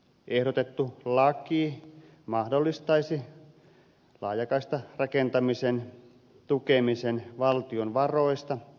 ehdotettu laki mahdollistaisi laajakaistarakentamisen tukemisen valtion varoista